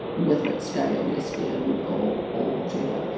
whether it's gay or lesbian or or whatever,